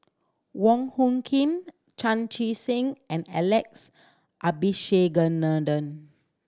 Wong Hung Khim Chan Chee Seng and Alex Abisheganaden